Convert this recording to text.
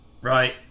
Right